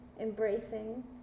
embracing